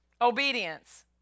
Obedience